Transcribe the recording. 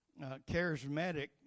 charismatic